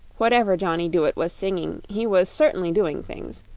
whatever johnny dooit was singing he was certainly doing things,